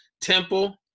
Temple